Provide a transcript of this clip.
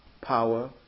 power